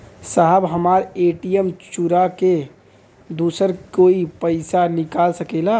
साहब हमार ए.टी.एम चूरा के दूसर कोई पैसा निकाल सकेला?